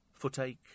Footache